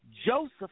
Joseph